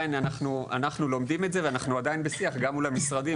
אנחנו לומדים את זה ואנחנו עדיין בשיח גם מול המשרדים,